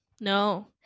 No